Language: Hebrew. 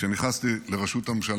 כשנכנסתי לראשות הממשל